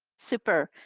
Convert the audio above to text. super.